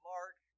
Mark